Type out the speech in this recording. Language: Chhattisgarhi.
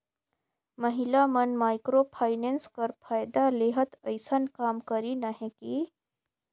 महिला मन माइक्रो फाइनेंस कर फएदा लेहत अइसन काम करिन अहें कि